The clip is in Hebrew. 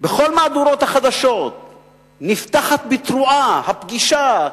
כל מהדורות החדשות נפתחות בתרועה: הפגישה,